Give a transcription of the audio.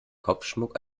kopfschmuck